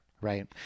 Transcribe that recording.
Right